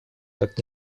как